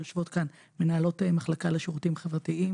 יושבות כאן מנהלות מחלקה לשירותים חברתיים